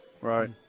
Right